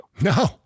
No